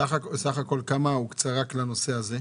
סך הכל כמה הוקצה רק לנושא הזה?